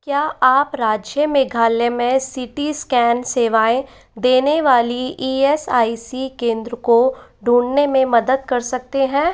क्या आप राज्य मेघालय में सी टी स्कैन सेवाएँ देने वाले ई एस आई सी केन्द्र को ढूँढने में मदद कर सकते हैं